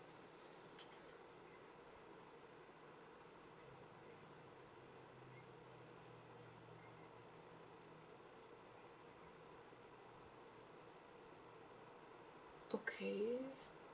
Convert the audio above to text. okay